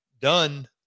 done